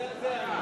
זה העניין.